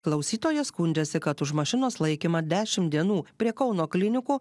klausytojas skundžiasi kad už mašinos laikymą dešim dienų prie kauno klinikų